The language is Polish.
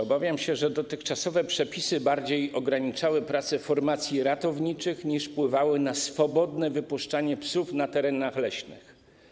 Obawiam się że dotychczasowe przepisy bardziej ograniczały pracę formacji ratowniczych, niż wpływały na swobodne wypuszczanie psów na terenach leśnych.